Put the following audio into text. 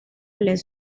less